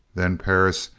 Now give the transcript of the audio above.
then perris,